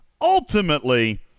ultimately